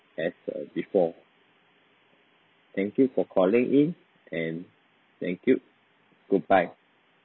as uh before thank you for calling in and thank you goodbye